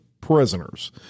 prisoners